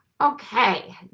Okay